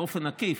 באופן עקיף,